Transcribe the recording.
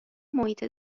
محیط